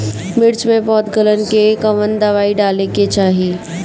मिर्च मे पौध गलन के कवन दवाई डाले के चाही?